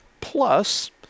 plus